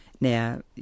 Now